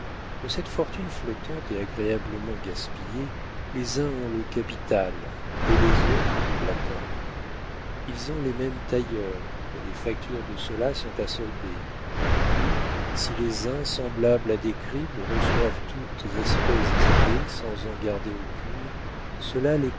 de cette fortune flottante et agréablement gaspillée les uns ont le capital et les autres l'attendent ils ont les mêmes tailleurs mais les factures de ceux-là sont à solder puis si les uns semblables à des cribles reçoivent toutes espèces d'idées sans en garder aucune ceux-là les